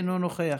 אינו נוכח,